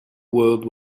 world